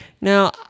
Now